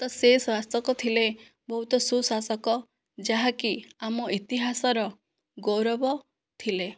ତ ସେ ଶାସକ ଥିଲେ ବହୁତ ସୁଶାସକ ଯାହାକି ଆମ ଇତିହାସର ଗୌରବ ଥିଲେ